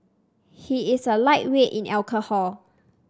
he is a lightweight in alcohol